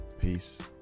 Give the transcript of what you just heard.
Peace